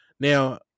Now